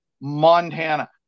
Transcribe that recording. Montana